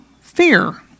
fear